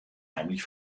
heimlich